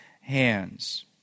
hands